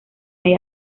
hay